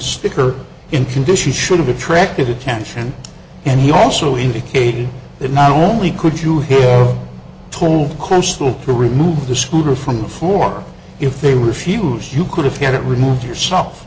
sticker in conditions should have attracted attention and he also indicated that not only could you hear tony constable to remove the scooter from the floor if they refused you could have had it removed yourself